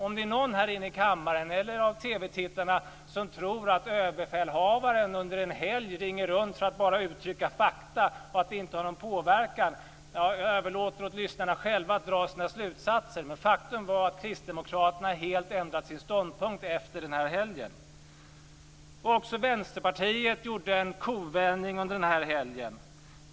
Är det någon här i kammaren eller någon av TV tittarna som tror att överbefälhavaren under en helg ringer runt för att bara uttrycka fakta och att det inte har någon påverkan? Jag överlåter åt lyssnarna att själva dra sina slutsatser. Men faktum är att kristdemokraterna helt ändrat sin ståndpunkt efter den helgen. Också Vänsterpartiet gjorde en kovändning under den här helgen.